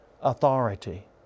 authority